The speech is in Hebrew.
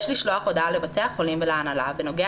יש לשלוח הודעה לבתי החולים ולהנהלה בנוגע